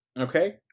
Okay